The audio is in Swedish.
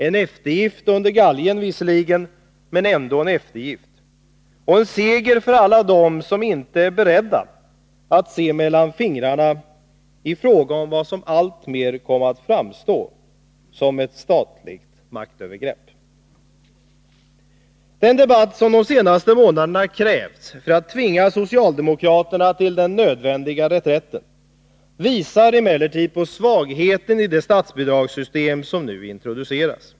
En eftergift under galgen visserligen, men ändå en eftergift, och en seger för alla dem som inte är beredda att se mellan fingrarna i fråga om det som alltmer har kommit att framstå som ett statligt maktövergrepp. Den debatt som de senaste månaderna krävts för att tvinga socialdemokraterna till den nödvändiga reträtten visar emellertid på svagheten i det statsbidragssystem som nu introduceras.